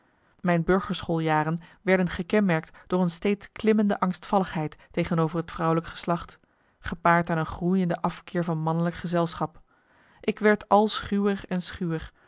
mijn burgerschool jaren werden gekenmerkt door een steeds klimmende angstvalligheid tegenover het vrouwelijk geslacht gepaard aan een groeiende afkeer van mannelijk gezelschap ik werd al schuwer en schuwer